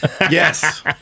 Yes